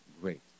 great